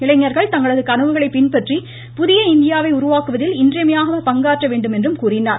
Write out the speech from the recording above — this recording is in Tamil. இளைஞ்கள் தங்களது கனவுகளை பின்பற்றி புதிய இந்தியாவை உருவாக்குவதில் இன்றியமையா பங்காற்ற வேண்டும் என்றும் கூறினார்